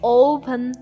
open